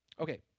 Okay